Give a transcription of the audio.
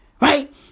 Right